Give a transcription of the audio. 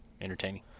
entertaining